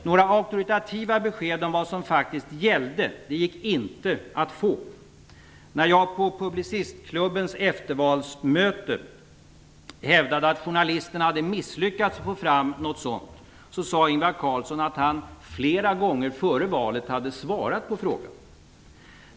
Några auktoritativa besked om vad som faktiskt gällde gick inte att få. När jag på Publicistklubbens eftervalsmöte hävdade att journalisterna hade misslyckats att få fram något sådant sade Ingvar Carlsson att han flera gånger före valet hade svarat på frågan.